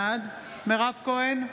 בעד מירב כהן,